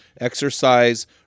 exercise